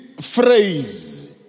phrase